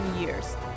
years